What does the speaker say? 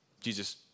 Jesus